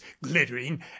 glittering